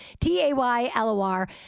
T-A-Y-L-O-R